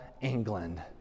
England